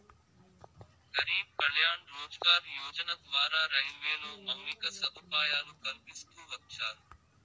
గరీబ్ కళ్యాణ్ రోజ్గార్ యోజన ద్వారా రైల్వేలో మౌలిక సదుపాయాలు కల్పిస్తూ వచ్చారు